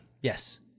Yes